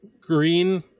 Green